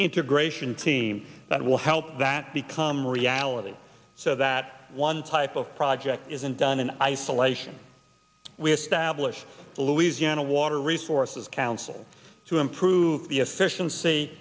integration team that will help that become reality so that one type of project isn't done in isolation we have stablished the louisiana water resources council to improve the efficiency